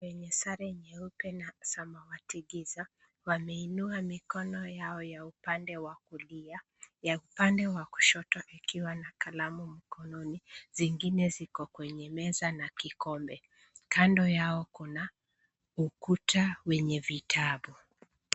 Wenye sare nyeupe na samawati giza, wameinua mikono yao ya upande wa kulia, ya upande wa kushoto ikiwa na kalamu mkononi, zingine ziko kwenye meza na kikombe. Kando yao kuna ukuta wenye vitabu.